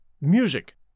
music